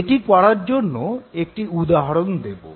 এটি করার জন্য একটি উদাহরণ দেব